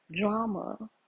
drama